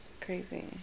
crazy